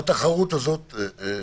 בתחרות הזאת עזבו,